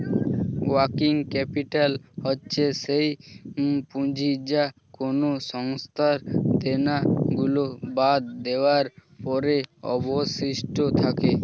working capital হচ্ছে সেই পুঁজি যা কোনো সংস্থার দেনা গুলো বাদ দেওয়ার পরে অবশিষ্ট থাকে